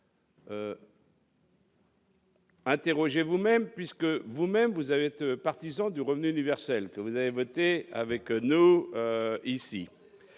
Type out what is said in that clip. Interrogé vous-même puisque vous même vous avez été partisan du revenu universel que vous avez voté avec nous ici,